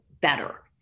better